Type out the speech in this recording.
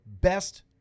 best